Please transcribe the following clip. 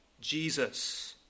Jesus